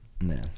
No